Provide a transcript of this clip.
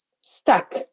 stuck